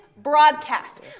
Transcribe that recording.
Broadcast